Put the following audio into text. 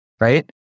right